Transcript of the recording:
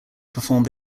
performed